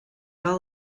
all